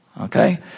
okay